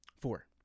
Four